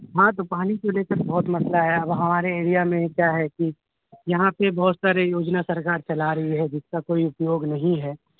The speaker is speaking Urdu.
ہاں تو پانی کو لے کر بہت مسئلہ ہے اب ہمارے ایریا میں کیا ہے کہ یہاں پہ بہت سارے یوجنا سرکار چلا رہی ہے جس کا کوئی اپیوگ نہیں ہے